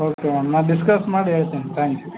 okay madam ನಾನು discuss ಮಾಡಿ ಹೇಳ್ತೀನಿ ಥ್ಯಾಂಕ್ ಯು